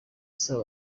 asaba